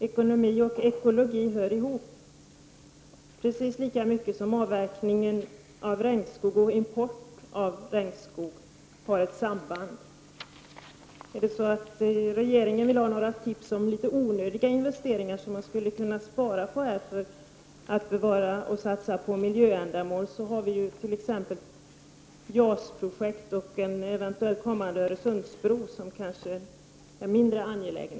Ekonomi och ekologi hör ihop, precis lika mycket som avverkningen av regnskog och importen av regnskog har ett samband. Vill regeringen ha några tips om litet onödiga investeringar, som man skulle kunna spara in på för att i stället satsa på miljöändamål, är t.ex. JAS projektet och en eventuell Öresundsbro mindre angelägna.